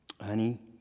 Honey